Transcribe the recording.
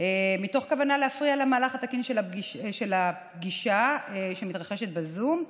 מתוך כוונה להפריע למהלך התקין של הפגישה שמתרחשת בזום,